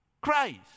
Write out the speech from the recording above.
Christ